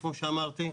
כמו שאמרתי,